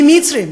ממצרים,